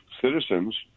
citizens